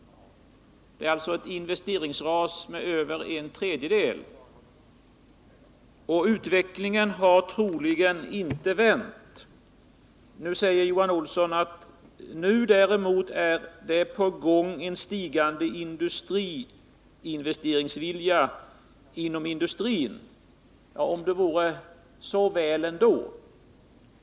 Det är alltså ett investeringsras med över en tredjedel. Och utvecklingen har troligen inte vänt. Johan Olsson säger, att nu däremot finns en ökande vilja till investeringar inom industrin. Om det vore så väl!